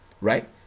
right